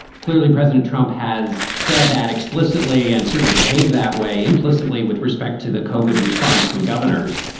clearly president trump has said that explicitly and certainly behave that way implicitly with respect to the covert response from governors.